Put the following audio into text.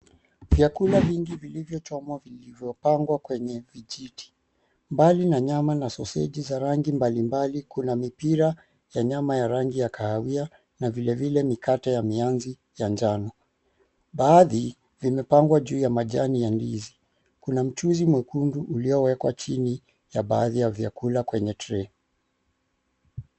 Vyakula vingi vilivyochomwa vilivyopangwa kwenye vijiti. Mbali na nyama na soseji za rangi mbalimbali, kuna mipira ya nyama ya rangi ya kahawia na vile vile mikate ya mianzi ya njano. Baadhi vimepangwa juu ya majani ya ndizi. Kuna mchuzi mwekundu uliowekwa chini ya baadhi ya vyakula kwenye tray .